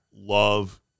Love